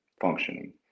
functioning